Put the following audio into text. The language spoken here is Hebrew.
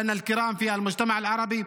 (נושא דברים בשפה הערבית).